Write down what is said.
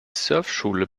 surfschule